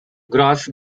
gross